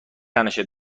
تنشه